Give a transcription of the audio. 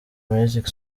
music